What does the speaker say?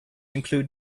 include